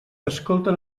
escolten